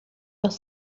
los